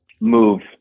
move